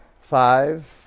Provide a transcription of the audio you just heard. five